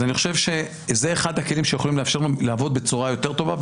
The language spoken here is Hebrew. אז אני חושב שזה אחד הכלים שיכולים לאפשר לנול עבוד בצורה יורת טובה,